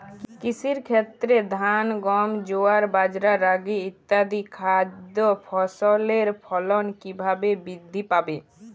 কৃষির ক্ষেত্রে ধান গম জোয়ার বাজরা রাগি ইত্যাদি খাদ্য ফসলের ফলন কীভাবে বৃদ্ধি পাবে?